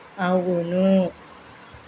అవును